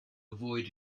avoid